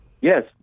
Yes